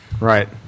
Right